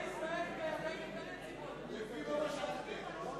לפי מה משכתם: